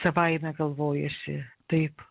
savaime galvojuosi taip